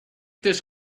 this